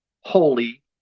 holy